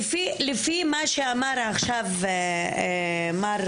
לפי מה שאמר עכשיו מר